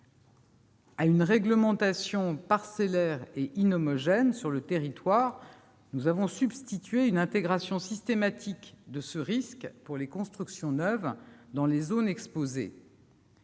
À une réglementation parcellaire et inhomogène sur le territoire, nous avons substitué une intégration systématique de ce risque pour les constructions neuves dans les zones exposées.